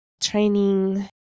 training